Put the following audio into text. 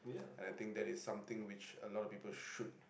and I think that is something which a lot of people should